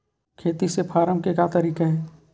खेती से फारम के का तरीका हे?